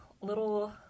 little